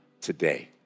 today